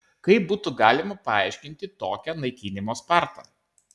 kaip būtų galima paaiškinti tokią naikinimo spartą